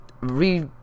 re